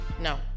No